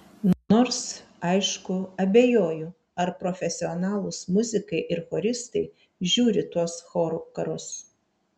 nors aišku abejoju ar profesionalūs muzikai ir choristai žiūri tuos chorų karus